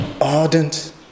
ardent